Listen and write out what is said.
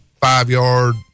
five-yard